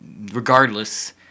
regardless